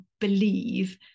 believe